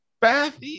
Bath